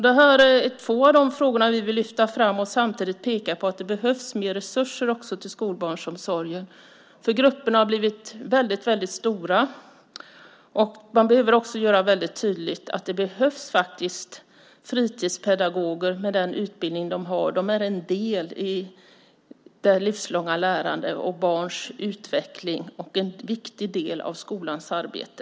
Detta är två av de frågor som vi vill lyfta fram och samtidigt peka på att det behövs mer resurser till skolbarnsomsorgen. Grupperna har nämligen blivit väldigt stora, och man behöver också göra väldigt tydligt att det faktiskt behövs fritidspedagoger med den utbildning som de har. De är en del i det livslånga lärandet och i barns utveckling och en viktig del i skolans arbete.